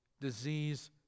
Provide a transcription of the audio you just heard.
disease